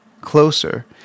Closer